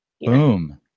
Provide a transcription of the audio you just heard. Boom